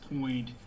point